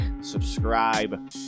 subscribe